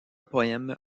poème